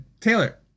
taylor